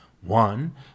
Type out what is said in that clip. One